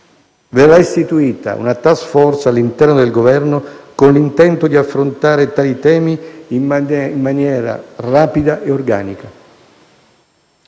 Verrà istituita una *task force* all'interno del Governo, con l'intento di affrontare tali temi in maniera rapida e organica.